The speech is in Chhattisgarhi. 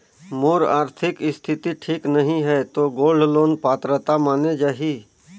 मोर आरथिक स्थिति ठीक नहीं है तो गोल्ड लोन पात्रता माने जाहि?